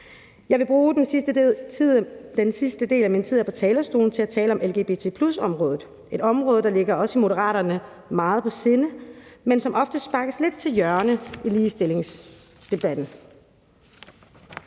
Jeg vil bruge den sidste del af min tid her på talerstolen til at tale om lgbt+-området – et område, der ligger os i Moderaterne meget på sinde, men som ofte sparkes lidt til hjørne i ligestillingsdebatten.